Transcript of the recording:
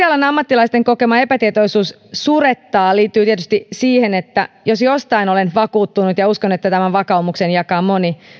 alan ammattilaisten kokema epätietoisuus surettaa liittyy tietysti siihen että jos jostain olen vakuuttunut ja uskon että tämän vakaumuksen jakaa moni